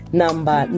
number